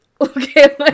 okay